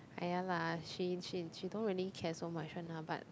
ah ya lah she she she don't really care so much one lah but